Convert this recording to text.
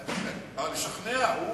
לשכנע?